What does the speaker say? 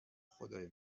خدای